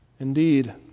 Indeed